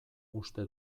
uste